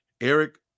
Eric